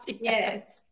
yes